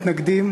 המתנגדים,